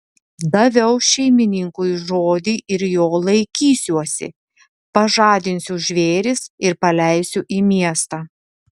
daviau šeimininkui žodį ir jo laikysiuosi pažadinsiu žvėris ir paleisiu į miestą